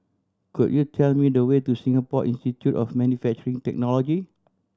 could you tell me the way to Singapore Institute of Manufacturing Technology